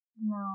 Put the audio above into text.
No